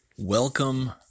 Welcome